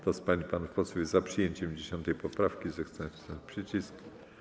Kto z pań i panów posłów jest za przyjęciem 10. poprawki, zechce nacisnąć przycisk.